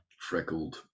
freckled